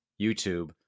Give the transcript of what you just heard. YouTube